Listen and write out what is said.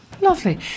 Lovely